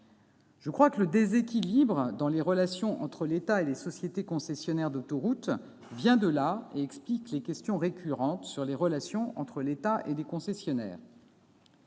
Je crois que le déséquilibre dans les relations entre l'État et les concessionnaires d'autoroutes vient de là ; cela explique les questions récurrentes sur les relations entre l'État et les concessionnaires.